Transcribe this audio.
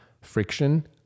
Friction